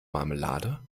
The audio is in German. marmelade